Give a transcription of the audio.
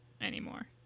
anymore